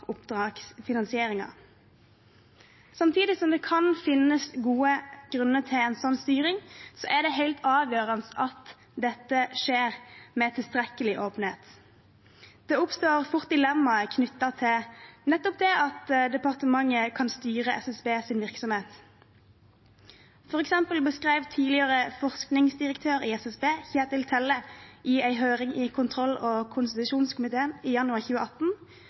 Samtidig som det kan finnes gode grunner til en slik styring, er det helt avgjørende at dette skjer med tilstrekkelig åpenhet. Det oppstår fort dilemmaer knyttet til nettopp det at departementet kan styre SSBs virksomhet. For eksempel beskrev tidligere forskningsdirektør i SSB, Kjetil Telle, i en høring i kontroll- og konstitusjonskomiteen i januar 2018